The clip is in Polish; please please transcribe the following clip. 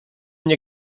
nie